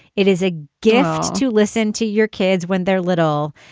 it is a gift to listen to your kids when they're little,